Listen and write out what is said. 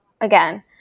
again